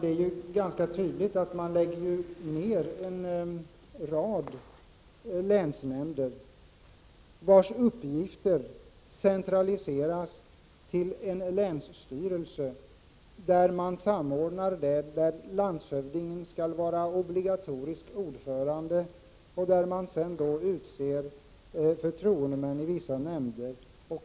Det är ganska tydligt att man lägger ner en rad länsnämnder, vilkas uppgifter centraliseras till en länsstyrelse, där landshövdingen skall vara obligatorisk ordförande och där man utser förtroendemän i vissa nämnder.